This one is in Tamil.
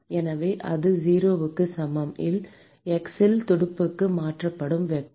எனவே அது 0 க்கு சமமான x இல் துடுப்புக்கு மாற்றப்படும் வெப்பம்